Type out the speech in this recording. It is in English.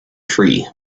tree